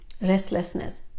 restlessness